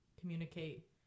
communicate